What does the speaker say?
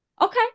Okay